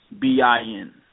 B-I-N